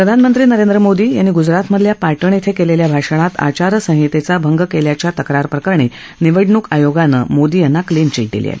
प्रधानमंत्री नरेंद्र मोदी यांनी गुजरातमधल्या पाटण धिं केलेल्या भाषणात आचारसंहितेचा भंग केल्याच्या तक्रार प्रकरणी निवडणूक आयोगानं मोदी यांना क्लीन चीट दिली आहे